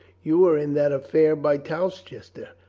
you were in that affair by towcester.